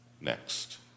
next